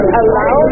allow